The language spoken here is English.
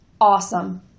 Awesome